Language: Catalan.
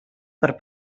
per